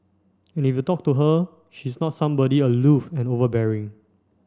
and if you talk to her she's not somebody aloof and overbearing